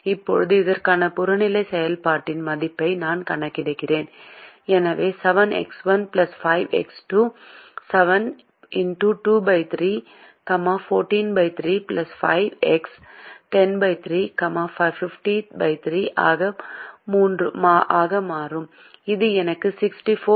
இப்போது இதற்கான புறநிலை செயல்பாட்டின் மதிப்பை நான் கணக்கிடுகிறேன் எனவே 7X1 5X2 7 X 23 143 5 X 103 503 ஆக மாறும் இது எனக்கு 643 கொடுங்கள் இது 21